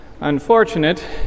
Unfortunate